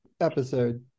episode